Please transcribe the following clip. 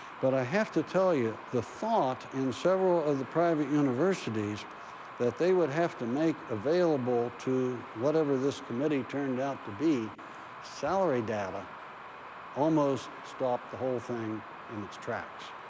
but i have to tell you, the thought in several of the private universities that they would have to make available to whatever this committee turned out to be salary data almost stopped the whole thing in its tracks.